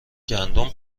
گندم